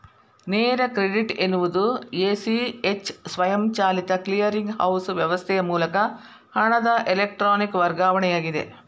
ನೇರ ಕ್ರೆಡಿಟ್ ಎನ್ನುವುದು A, C, H ಸ್ವಯಂಚಾಲಿತ ಕ್ಲಿಯರಿಂಗ್ ಹೌಸ್ ವ್ಯವಸ್ಥೆಯ ಮೂಲಕ ಹಣದ ಎಲೆಕ್ಟ್ರಾನಿಕ್ ವರ್ಗಾವಣೆಯಾಗಿದೆ